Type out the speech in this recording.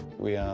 we, um,